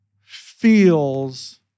feels